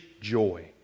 joy